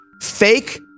Fake